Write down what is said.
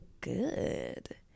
good